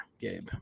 Gabe